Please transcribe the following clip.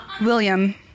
William